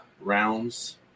rounds